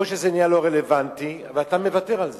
זה נהיה לא רלוונטי, ואתה מוותר על זה.